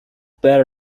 better